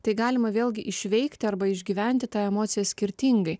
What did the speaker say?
tai galima vėlgi išveikti arba išgyventi tą emociją skirtingai